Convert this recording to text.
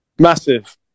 Massive